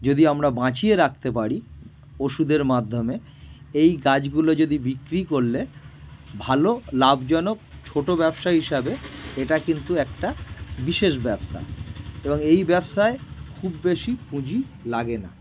যদি আমরা বাঁচিয়ে রাখতে পারি ওষুধের মাধ্যমে এই গাছগুলো যদি বিক্রি করলে ভালো লাভজনক ছোটো ব্যবসা হিসাবে এটা কিন্তু একটা বিশেষ ব্যবসা এবং এই ব্যবসায় খুব বেশি পুঁজি লাগে না